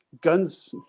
guns